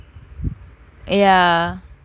ya